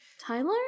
tyler